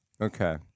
Okay